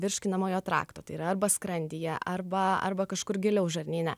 virškinamojo trakto tai yra arba skrandyje arba arba kažkur giliau žarnyne